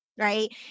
Right